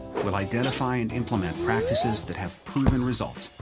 we'll identify and implement practices that have proven results.